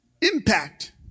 Impact